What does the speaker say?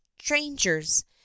strangers